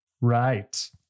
Right